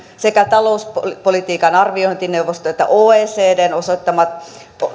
sekä talouspolitiikan arviointineuvosto että oecd osoittavat